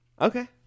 Okay